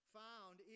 found